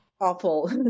awful